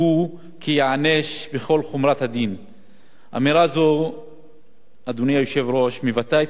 אמירה זו מבטאת את העובדה כי תאונות מסוג פגע-וברח